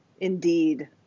indeed